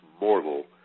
mortal